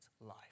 life